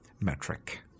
metric